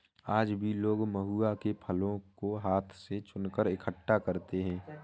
आज भी लोग महुआ के फलों को हाथ से चुनकर इकठ्ठा करते हैं